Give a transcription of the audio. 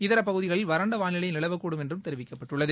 இதர பகுதிளில் வறண்ட வானிலையே நிலவுக்கூடும் என்றும் தெரிவிக்கப்பட்டுள்ளது